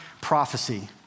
prophecy